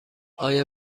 آیا